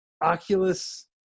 Oculus